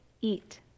eat